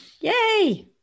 Yay